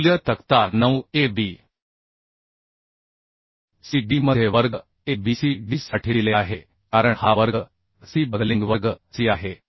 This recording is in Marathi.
मूल्य तक्ता 9 a b c d मध्ये वर्ग a b c d साठी दिले आहे कारण हा वर्ग सी बकलिंग वर्ग सी आहे